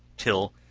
till,